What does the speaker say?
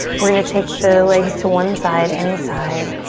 we're gonna take the legs to one side, any side,